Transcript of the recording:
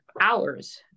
hours